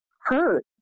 hurt